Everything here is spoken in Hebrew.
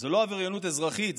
לא עבריינות אזרחית,